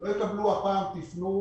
לא ידרשו מהם הפעם לפנות